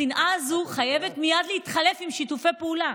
השנאה הזאת חייבת מייד להתחלף בשיתופי פעולה.